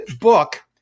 book